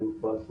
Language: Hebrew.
שהם: